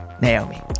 Naomi